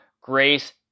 grace